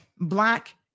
black